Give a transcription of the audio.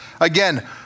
again